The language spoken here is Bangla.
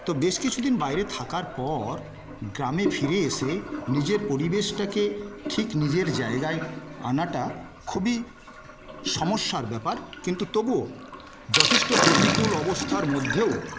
তো বেশ কিছুদিন বাইরে থাকার পর গ্রামে ফিরে এসে নিজের পরিবেশটাকে ঠিক নিজের জায়গায় আনাটা খুবই সমস্যার ব্যাপার কিন্তু তবুও যথেষ্ট প্রতিকূল অবস্থার মধ্যেও